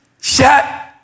Shut